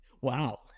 Wow